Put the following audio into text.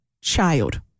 child